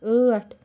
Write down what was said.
ٲٹھ